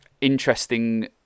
interesting